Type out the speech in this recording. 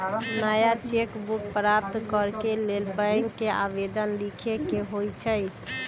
नया cheque book प्राप्त करेके लेल बैंक के आवेदन लीखे के होइ छइ